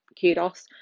kudos